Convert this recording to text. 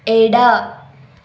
ಎಡ